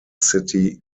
city